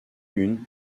une